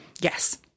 Yes